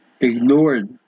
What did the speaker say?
ignored